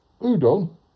Udon